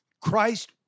Christ